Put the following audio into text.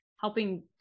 helping